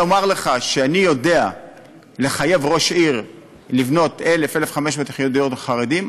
לומר לך שאני יודע לחייב ראש עיר לבנות 1,000 1,500 יחידות דיור לחרדים,